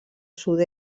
sud